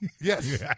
Yes